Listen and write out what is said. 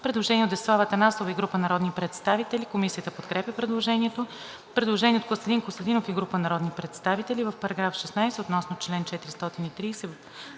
Предложение от Десислава Атанасова и група народни представители Комисията подкрепя предложението. Предложение от Костадин Костадинов и група народни представители: „В § 16 относно чл. 430,